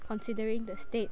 considering the state